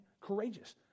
courageous